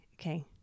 okay